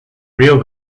rio